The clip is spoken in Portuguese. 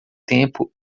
tempo